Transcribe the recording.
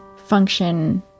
function